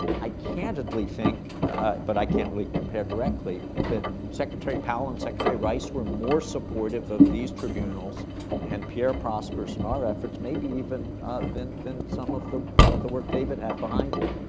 i candidly think but i can't really compare directly but secretary powell and secretary rice were more supportive of these tribunals and pierre prosper's and our efforts maybe even than than some of the of the work david had behind him.